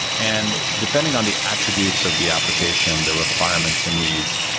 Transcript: and depending on the attributes of the application, the requirements, the needs,